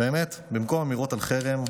והאמת היא שבמקום אמירות על חרם,